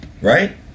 right